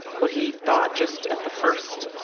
what he thought, just at the first,